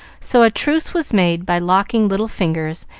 so a truce was made by locking little fingers,